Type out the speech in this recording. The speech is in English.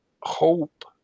hope